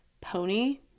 Pony